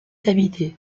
habitée